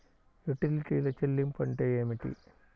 యుటిలిటీల చెల్లింపు అంటే ఏమిటి?